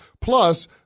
Plus